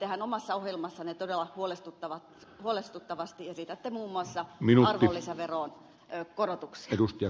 tehän omassa ohjelmassanne todella huolestuttavasti esitätte muun muassa arvonlisäveroon korotuksia